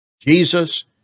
Jesus